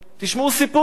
תשמעו סיפור: